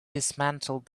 dismantled